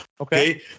Okay